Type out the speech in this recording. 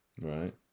Right